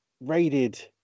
raided